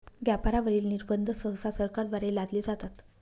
व्यापारावरील निर्बंध सहसा सरकारद्वारे लादले जातात